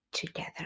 together